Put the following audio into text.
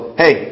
hey